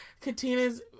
Katina's